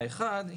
האחד,